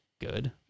good